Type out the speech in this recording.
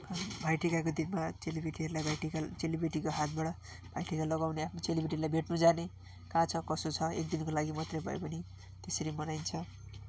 भाइटिकाको दिनमा चेलीबेटीहरूलाई भाइटिका चेलीबेटीको हातबाट भाइटिका लगाउने आफ्नो चेलीबेटीलाई भेट्नु जाने कहाँ छ कसो छ एक दिनको लागि मात्रै भए पनि त्यसरी मनाइन्छ